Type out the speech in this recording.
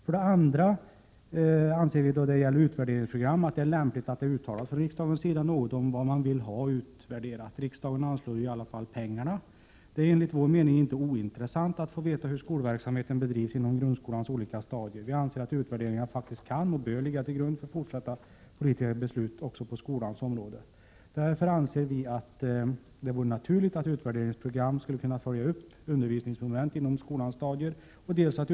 För det andra anser vi beträffande utvärderingsprogram att det är lämpligt att riksdagen uttalar sig om vad som skall utvärderas. Det är ju ändå riksdagen som anslår pengarna. Det ä inte ointressant att veta hur skolverksamheten bedrivs på grundskolans olika stadier. Utvärderingar kan och bör faktiskt ligga till grund för kommande politiska beslut också på skolans område. Därför vore det naturligt att genom ut särderingsprogram följa upp undervisningsmoment inom skolans olika stadier.